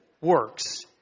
works